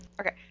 Okay